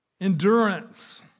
endurance